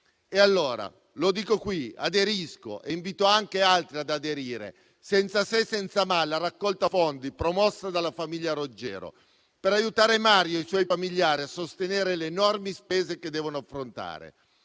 posto? Lo dico qui: aderisco e invito anche altri ad aderire, senza se e senza ma, alla raccolta fondi promossa dalla famiglia Roggero per aiutare Mario e i suoi familiari a sostenere le enormi spese che devono affrontare.